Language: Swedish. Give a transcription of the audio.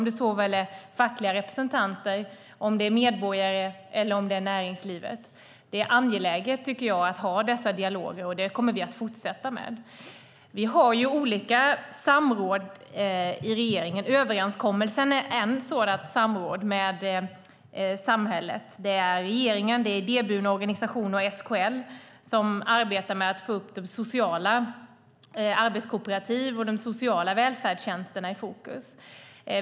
Det kan vara fackliga representanter, medborgare eller näringsliv. Jag tycker att det är angeläget att ha dessa dialoger. Det kommer vi att fortsätta med. Regeringen har olika samråd. Överenskommelsen är ett sådant samråd med samhället. Det är regeringen, idéburna organisationer och SKL som arbetar med att få de sociala arbetskooperativen och de sociala välfärdstjänsterna i fokus.